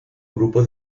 grupo